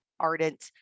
ardent